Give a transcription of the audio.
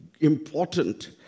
important